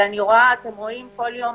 ואני רואה ואתם רואים כל יום.